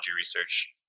research